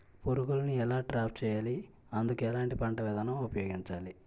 పురుగులను ఎలా ట్రాప్ చేయాలి? అందుకు ఎలాంటి పంట విధానం ఉపయోగించాలీ?